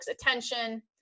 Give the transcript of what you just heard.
attention